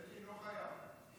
אלקין, לא חייבים.